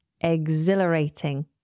Exhilarating